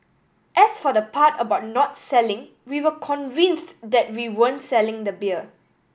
as for the part about not selling we were convinced that we weren't selling the beer